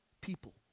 people